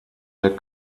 der